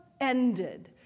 ended